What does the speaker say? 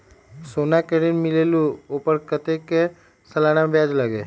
सोना पर ऋण मिलेलु ओपर कतेक के सालाना ब्याज लगे?